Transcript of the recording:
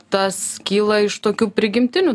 tas kyla iš tokių prigimtinių